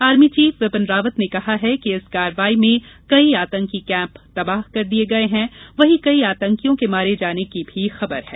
army chief Vipin Rawat ने कहा है कि इस कार्रवाई में कई आतंकी कैम्प तबाह कर दिये गये वहीं कई आतंकवादियों के मारे जाने की भी खबर है